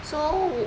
so